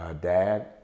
dad